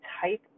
type